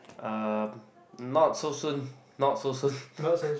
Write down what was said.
um not so soon not so soon